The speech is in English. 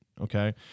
okay